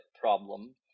problem